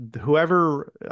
whoever